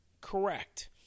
Correct